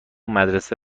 مدرسه